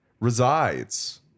resides